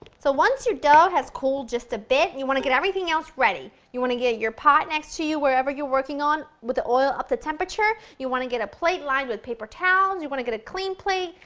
so once your dough has cooled just a bit, you want to get everything else ready. you want to get your pot next to you where ever you're working on, with the oil up to the temperature, you want to get a plate lined with paper towels, you want to get a clean plate,